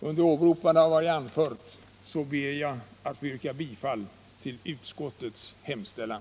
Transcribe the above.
Under åberopande av vad jag anfört ber jag att få yrka bifall till utskottets hemställan.